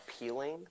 appealing